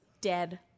dead